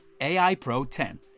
AIPRO10